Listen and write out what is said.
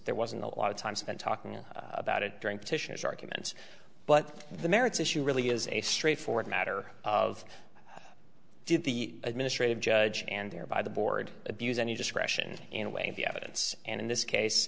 there wasn't a lot of time spent talking about it during petitioners arguments but the merits issue really is a straightforward matter of did the administrative judge and there by the board abuse any discretion in a way the evidence and in this case